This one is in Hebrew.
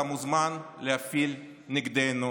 אתה מוזמן להפעיל נגדנו